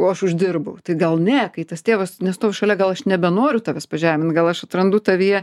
o aš uždirbau tai gal ne kai tas tėvas nestovi šalia gal aš nebenoriu tavęs pažemint gal aš atrandu tavyje